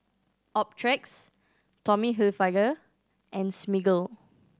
Optrex Tommy Hilfiger and Smiggle